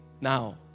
now